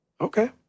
Okay